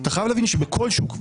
אתה חייב להבין שבכל שוק,